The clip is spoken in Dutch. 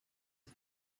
een